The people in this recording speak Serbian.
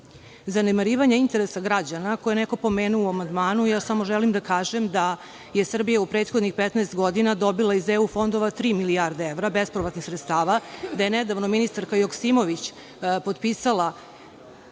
zanemarivanja interesa građana, koje je neko pomenuo u amandmanu, samo želim da kažem da je Srbija u prethodnih 15 godina dobila iz EU fondova tri milijarde evra bespovratnih sredstava, da je nedavno ministarka Joksimović potpisala